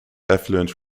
affluent